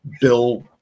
Bill